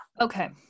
Okay